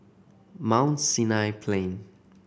Mount Sinai Plain